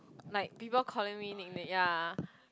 like people calling me nickna~ ya